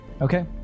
Okay